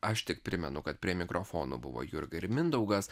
aš tik primenu kad prie mikrofonų buvo jurga ir mindaugas